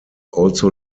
also